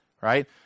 right